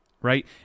right